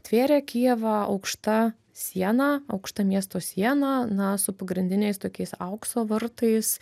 tvėrė kijevą aukšta siena aukšta miesto siena na su pagrindiniais tokiais aukso vartais